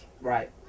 Right